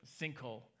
sinkhole